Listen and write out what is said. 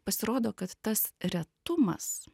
pasirodo kad tas retumas